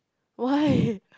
why